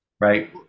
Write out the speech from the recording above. right